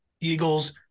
Eagles